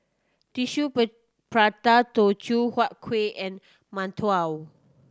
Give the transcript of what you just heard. tissue prata Teochew Huat Kuih and